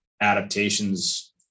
adaptations